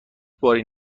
باری